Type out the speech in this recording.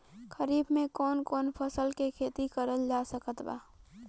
खरीफ मे कौन कौन फसल के खेती करल जा सकत बा?